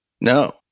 No